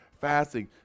fasting